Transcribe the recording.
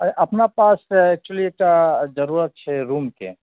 अपना पास एक्चुली जरुरत छै एकटा रुमके